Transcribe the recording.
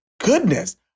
goodness